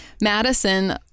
Madison